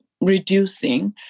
reducing